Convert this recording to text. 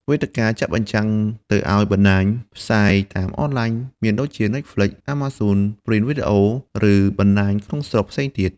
វេទិកាចាក់បញ្ចាំងទៅឲ្យបណ្ដាញផ្សាយតាមអនឡាញមានដូចជា Netflix, Amazon Prime Video ឬបណ្ដាញក្នុងស្រុកផ្សេងទៀត។